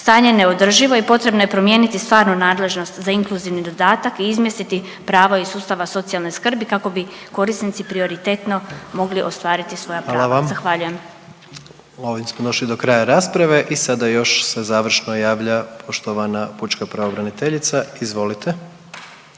Stanje je neodrživo i potrebno je promijeniti stvarnu nadležnost za inkluzivni dodatak i izmjestiti prava iz sustava socijalne skrbi kako bi korisnici prioritetno mogli ostvariti svoja prava. …/Upadica predsjednik: Hvala vam./… Zahvaljujem. **Jandroković, Gordan (HDZ)** Ovime smo došli do kraja rasprave i sada još se i sada još se završno javlja poštovana pučka pravobraniteljica. Izvolite.